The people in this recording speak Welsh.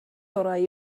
orau